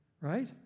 right